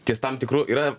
ties tam tikru yra